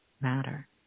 matter